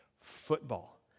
Football